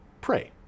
Prey